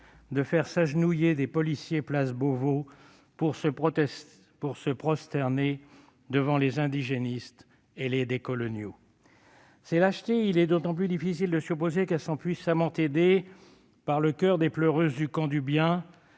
de faire s'agenouiller des policiers place Beauvau pour se prosterner devant les indigénistes et les décoloniaux ... Ces lâchetés, il est d'autant plus difficile de s'y opposer qu'elles sont puissamment aidées par le choeur des pleureuses du camp du bien,